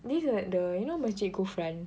this is at the you know masjid Ghufran